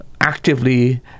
actively